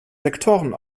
sektoren